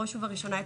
בראש ובראשונה,